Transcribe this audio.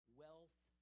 Wealth